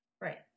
right